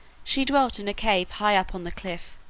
she dwelt in a cave high up on the cliff,